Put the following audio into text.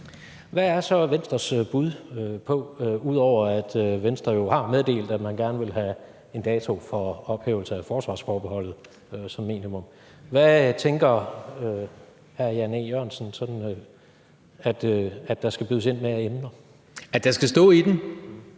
Hvad er så Venstres bud, ud over at Venstre jo har meddelt, at man gerne vil have en dato for ophævelse af forsvarsforbeholdet som minimum? Hvad tænker hr. Jan E. Jørgensen, at der skal bydes ind med af emner? Kl. 16:57